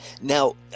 Now